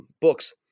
books